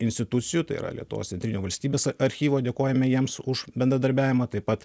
institucijų tai yra lietuvos centrinio valstybės archyvo dėkojame jiems už bendradarbiavimą taip pat